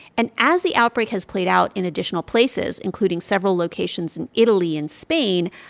and as the outbreak has played out in additional places, including several locations in italy and spain,